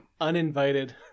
Uninvited